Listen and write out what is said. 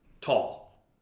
tall